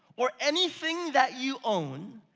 or anything that you own,